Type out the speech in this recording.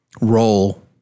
role